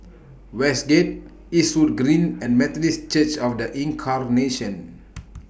Westgate Eastwood Green and Methodist Church of The Incarnation